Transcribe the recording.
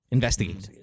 Investigate